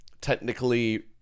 technically